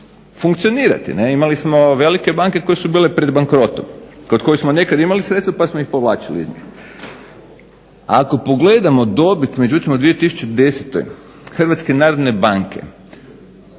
funkcionirati. Imali smo velike banke koje su bile pred bankrotom. Kod kojih smo nekada imali sredstva pa smo ih povlačili. Ako pogledamo dobit od 2010. HNB-a normaliziranu